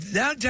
now